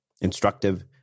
instructive